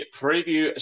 preview